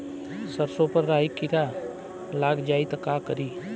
सरसो पर राही किरा लाग जाई त का करी?